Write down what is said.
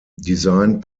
designed